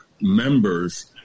members